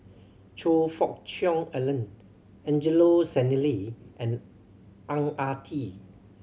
Choe Fook Cheong Alan Angelo Sanelli and Ang Ah Tee